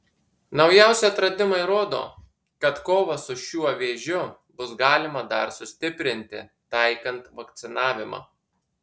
naujausi atradimai rodo kad kovą su šiuo vėžiu bus galima dar sustiprinti taikant vakcinavimą